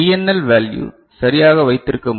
L value சரியாக வைத்திருக்க முடியும்